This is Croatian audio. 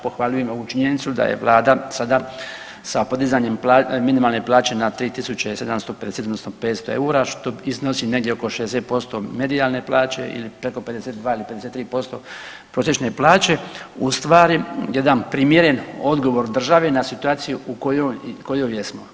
Pohvaljujem ovu činjenicu da je vlada sada sa podizanjem minimalne plaće na 3.750 odnosno 500 EUR-a što iznosi negdje oko 60% medijalne plaće ili preko 52 ili 53% prosječne plaće u stvari jedan primjeren odgovor državne na situaciju u kojoj jesmo.